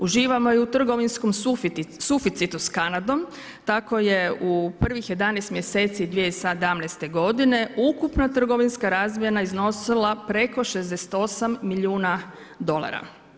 Uživamo i u trgovinskom suficitu s Kanadom, tako je u prvih 11 mjeseci 2017. godine ukupna trgovinska razmjena iznosila preko 68 milijuna dolara.